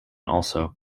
also